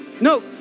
No